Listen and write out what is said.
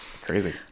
Crazy